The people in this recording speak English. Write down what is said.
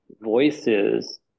voices